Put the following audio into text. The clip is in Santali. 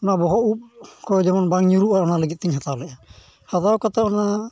ᱚᱱᱟ ᱵᱚᱦᱚᱜ ᱩᱵ ᱠᱚ ᱡᱮᱢᱚᱱ ᱵᱟᱝ ᱧᱩᱨᱦᱩᱜᱼᱟ ᱚᱱᱟ ᱞᱟᱹᱜᱤᱫᱛᱮᱧ ᱦᱟᱛᱟᱣ ᱞᱮᱫᱼᱟ ᱦᱟᱛᱟᱣ ᱠᱟᱛᱮᱫ ᱚᱱᱟ